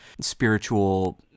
spiritual